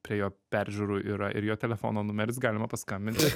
prie jo peržiūrų yra ir jo telefono numeris galima paskambinti